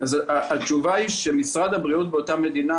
התשובה היא שמשרד הבריאות באותה מדינה